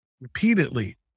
repeatedly